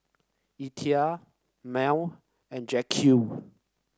Etha Mable and Jaquez